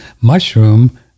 MUSHROOM